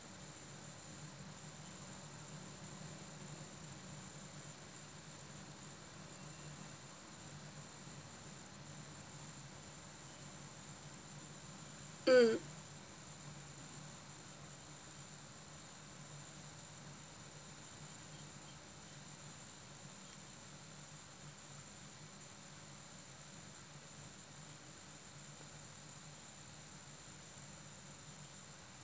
mm